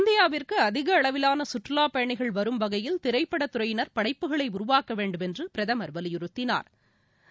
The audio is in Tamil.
இந்தியாவிற்குஅதிகஅளவிலானசுற்றுலாபயணிகள் வரும் வகையில் திரைப்படத் துறையினர் படைப்புகளைஉருவாக்கவேண்டும் என்றுபிரதமா் வலியுறுத்தினாா்